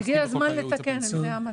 אם זה המצב,